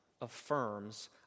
affirms